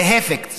להפך,